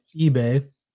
eBay